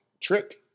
trick